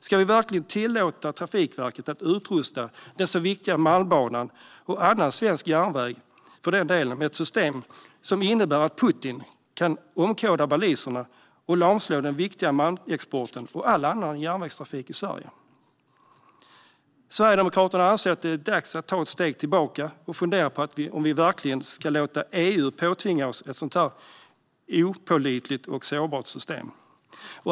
Ska vi verkligen tillåta Trafikverket att utrusta den så viktiga Malmbanan, och annan svensk järnväg med, för den delen, med ett system som innebär att Putin kan omkoda baliserna och lamslå den viktiga malmexporten och all annan järnvägstrafik i Sverige? Sverigedemokraterna anser att det är dags att ta ett steg tillbaka och fundera på om vi verkligen ska låta EU påtvinga oss ett sådant opålitligt och sårbart system.